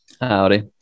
Howdy